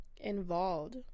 involved